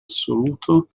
assoluto